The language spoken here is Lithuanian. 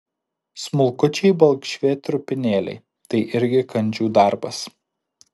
smulkučiai balkšvi trupinėliai tai irgi kandžių darbas